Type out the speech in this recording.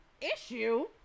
issue